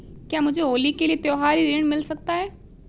क्या मुझे होली के लिए त्यौहारी ऋण मिल सकता है?